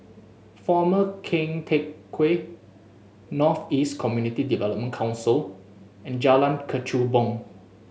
Former Keng Teck Whay North East Community Development Council and Jalan Kechubong